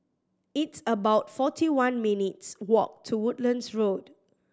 it's about forty one minutes' walk to Woodlands Road